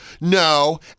no